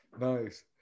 Nice